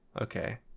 Okay